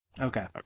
Okay